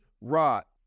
rot